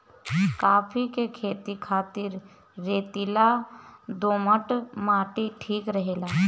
काफी के खेती खातिर रेतीला दोमट माटी ठीक रहेला